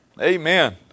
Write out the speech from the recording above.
Amen